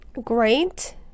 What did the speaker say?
great